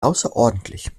außerordentlich